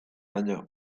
baino